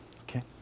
Okay